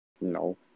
No